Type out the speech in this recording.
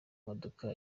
modoka